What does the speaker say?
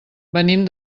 venim